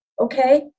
okay